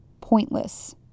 Pointless